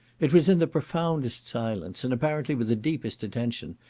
it was in the profoundest silence, and apparently with the deepest attention,